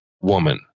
woman